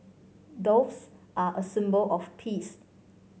doves are a symbol of peace